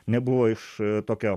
nebuvo iš tokio